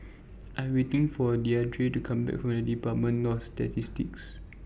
I Am waiting For Deidre to Come Back from department of Statistics